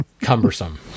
cumbersome